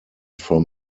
from